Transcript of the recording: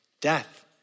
death